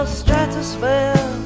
stratosphere